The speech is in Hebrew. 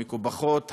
המקופחות,